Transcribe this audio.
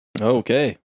Okay